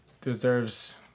deserves